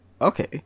Okay